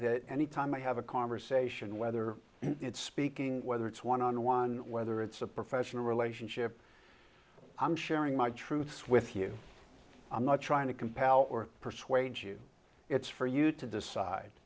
that any time i have a conversation whether it's speaking whether it's one on one whether it's a professional relationship i'm sharing my truths with you i'm not trying to compel or persuade you it's for you to decide